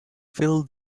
fill